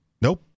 nope